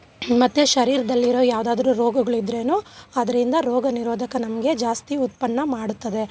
ಮತ್ತು ಶರೀರದಲ್ಲಿರೋ ಯಾವುದಾದ್ರು ರೋಗಗಳಿದ್ರೆನು ಅದ್ರಿಂದ ರೋಗ ನಿರೋಧಕ ನಮಗೆ ಜಾಸ್ತಿ ಉತ್ಪನ್ನ ಮಾಡುತ್ತದೆ